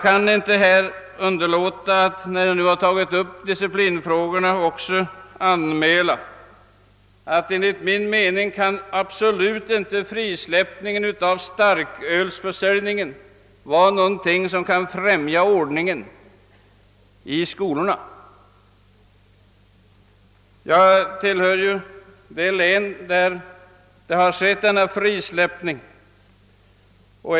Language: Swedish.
När nu disciplinfrågorna tagits upp kan jag inte underlåta att framhålla att frisläppandet av starkölsförsäljningen inom vissa försöksområden absolut inte kan vara någonting som främjar ordningen i skolorna. Jag bor i ett av de län där denna frisläppning ägt rum.